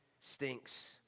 stinks